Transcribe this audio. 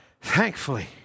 Thankfully